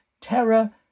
Terror